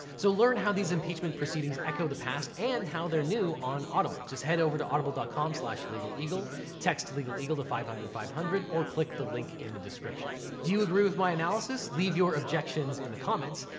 so learn how these impeachment proceedings echo the past and how they're new on audible. just head over to audible but com so ah so legaleagle, text legaleagle to five hundred thousand five hundred, or click the link in the description. do you agree with my analysis? leave your objections in the comments,